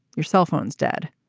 your cell phone's dead.